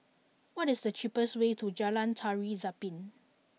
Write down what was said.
what is the cheapest way to Jalan Tari Zapin